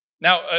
Now